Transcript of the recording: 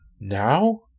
now